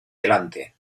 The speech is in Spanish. delante